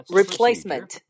replacement